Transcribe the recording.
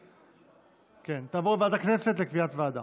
אם כן, היא תעבור לוועדת הכנסת לקביעת ועדה.